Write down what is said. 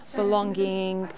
belonging